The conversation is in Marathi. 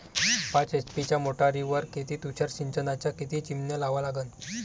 पाच एच.पी च्या मोटारीवर किती तुषार सिंचनाच्या किती चिमन्या लावा लागन?